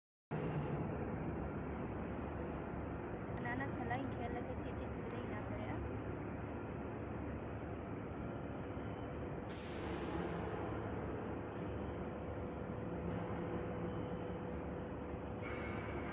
ᱚ ᱚᱱᱟ ᱠᱷᱮᱞᱟᱧ ᱠᱷᱮᱹᱞ ᱞᱮᱠᱷᱟᱱ ᱪᱮᱫ ᱪᱮᱫ ᱥᱩᱵᱤᱫᱟᱧ ᱧᱟᱢ ᱫᱟᱲᱮᱭᱟᱜᱼᱟ ᱦᱩᱸ